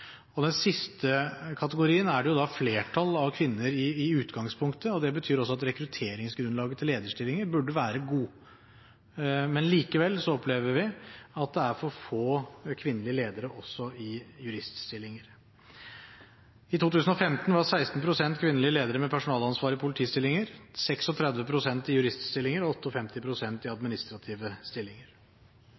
den siste kategorien er det flertall av kvinner i utgangspunktet, og det betyr også at rekrutteringsgrunnlaget for lederstillinger burde være godt. Men likevel opplever vi at det er for få kvinnelige ledere også i juriststillinger. I 2015 var 16 pst. kvinnelige ledere med personalansvar i politistillinger, 36 pst. i juriststillinger og 58 pst. i administrative stillinger.